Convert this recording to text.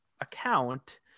account